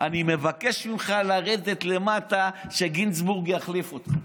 אני מבקש ממך לרדת למטה, שגינזבורג יחליף אותך,